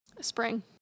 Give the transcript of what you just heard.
Spring